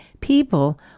people